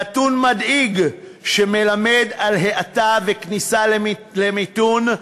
נתון מדאיג, שמלמד על האטה וכניסה למיתון.